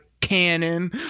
cannon